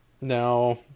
Now